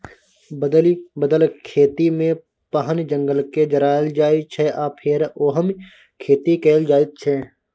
बदलि बदलि खेतीमे पहिने जंगलकेँ जराएल जाइ छै आ फेर ओहिमे खेती कएल जाइत छै